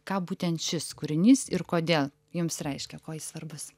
ką būtent šis kūrinys ir kodėl jums reiškia kuo jis svarbus